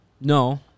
No